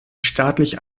staatlich